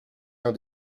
l’un